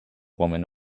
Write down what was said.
woman